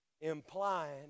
Implying